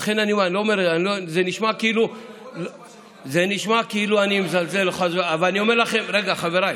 זה נשמע כאילו אני מזלזל, חלילה, חבריי.